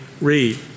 read